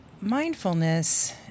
mindfulness